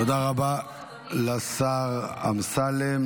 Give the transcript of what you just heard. תודה רבה לשר אמסלם.